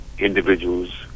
individuals